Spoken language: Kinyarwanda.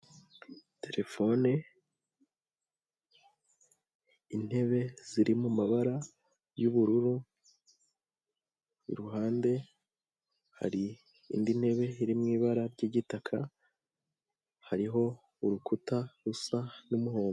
Terefone, intebe ziri mu mabara y'ubururu, iruhande hari indi ntebe iri mu ibara ry'igitaka hariho urukuta rusa n'umuhondo.